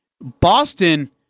Boston